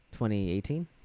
2018